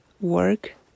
work